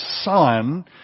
Son